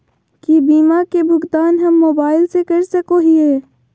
की बीमा के भुगतान हम मोबाइल से कर सको हियै?